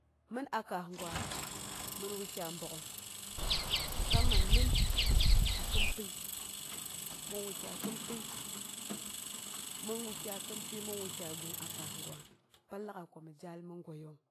Mɨn a kaas gwa, mɨn wukyai bagghom, musamman mɨn a akhin-pyi, mɨn wukyai khin-pyi mɨn wukyai gung a kaasgwa, pan lag'ai komi zhaal mi goiyoom.